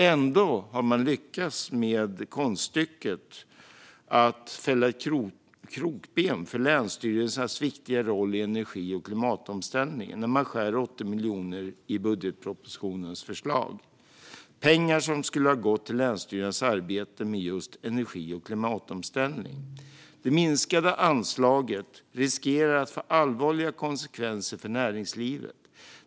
Ändå har man lyckats med konststycket att sätta krokben för länsstyrelsernas viktiga roll i energi och klimatomställningen genom att skära bort 80 miljoner från budgetpropositionens förslag, pengar som skulle ha gått till länsstyrelsernas arbete med just energi och klimatomställning. Det minskade anslaget riskerar att få allvarliga konsekvenser för näringslivet.